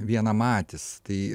vienamatis tai